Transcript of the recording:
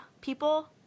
people